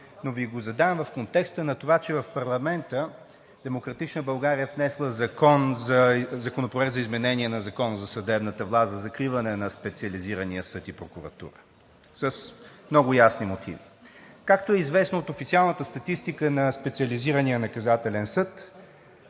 но Ви го задавам в контекста на това, че в парламента „Демократична България“ е внесла Законопроект за изменение на Закона за съдебната власт – за закриване на Специализирания съд и прокуратура, с много ясни мотиви. Както е известно от официалната статистика на Специализирания наказателен съд,